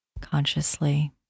Consciously